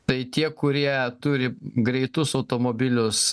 tai tie kurie turi greitus automobilius